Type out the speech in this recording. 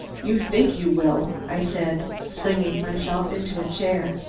you think you will, i said, flinging myself into a chair.